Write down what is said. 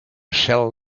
shell